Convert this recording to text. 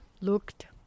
looked